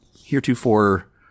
heretofore